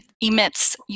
emits